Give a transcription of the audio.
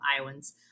Iowans